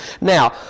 Now